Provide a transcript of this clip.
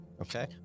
Okay